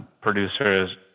producers